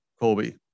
Colby